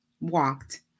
walked